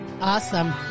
Awesome